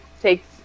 takes